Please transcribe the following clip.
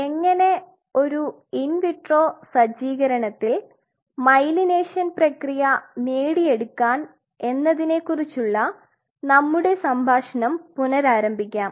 എങ്ങനെ ഒരു in vitro സജ്ജീകരണത്തിൽ മൈലിനേഷൻ പ്രക്രിയ നേടിയെടുക്കാൻ എന്നതിനെ കുറിച്ചുള്ള നമ്മുടെ സംഭാഷണം പുനരാരംഭിക്കാം